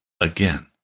again